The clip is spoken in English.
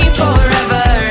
forever